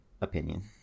opinion